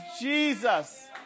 Jesus